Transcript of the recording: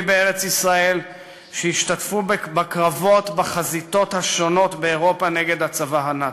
בארץ-ישראל שהשתתפו בקרבות בחזיתות השונות באירופה נגד הצבא הנאצי.